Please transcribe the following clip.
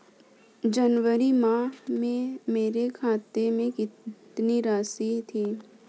जनवरी माह में मेरे खाते में कितनी राशि थी?